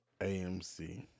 AMC